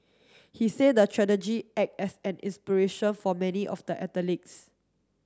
he say the act as an inspiration for many of the athletes